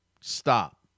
Stop